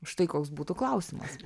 štai koks būtų klausimas